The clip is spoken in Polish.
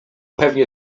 pewnie